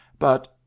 but,